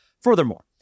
Furthermore